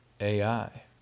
AI